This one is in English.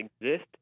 exist